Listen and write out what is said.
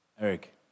Eric